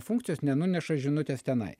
funkcijos nenuneša žinutės tenai